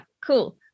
cool